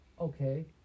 okay